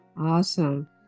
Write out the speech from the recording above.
Awesome